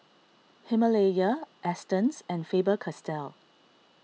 Himalaya Astons and Faber Castell